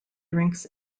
drinks